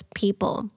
people